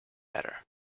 better